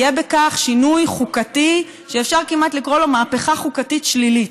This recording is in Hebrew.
יהיה בכך שינוי חוקתי שאפשר כמעט לקרוא לו מהפכה חוקתית שלילית,